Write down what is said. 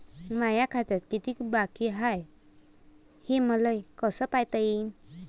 माया खात्यात कितीक बाकी हाय, हे मले कस पायता येईन?